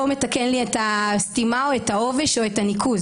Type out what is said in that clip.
מתקן לי את הסתימה או את העובש או את הניקוז.